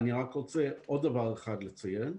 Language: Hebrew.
רוצה עוד דבר אחד לציין.